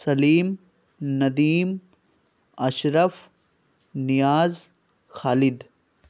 Saleem Nadeem Ashraf Niaz Khalid